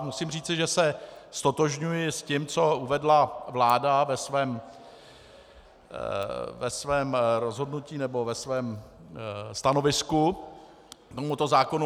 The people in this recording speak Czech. Musím říci, že se ztotožňuji s tím, co uvedla vláda ve svém rozhodnutí nebo ve svém stanovisku k tomuto zákonu.